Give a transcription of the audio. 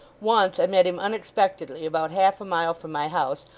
once, i met him unexpectedly, about half-a-mile from my house,